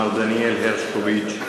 מר דניאל הרשקוביץ,